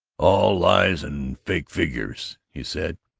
all lies and fake figures, he said,